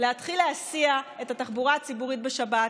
להתחיל להסיע את התחבורה הציבורית בשבת,